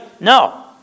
no